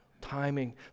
Timing